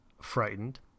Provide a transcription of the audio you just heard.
frightened